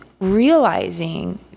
realizing